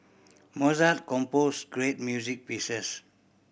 Mozart composed great music pieces